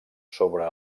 sobre